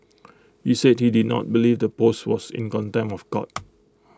he said he did not believe the post was in contempt of court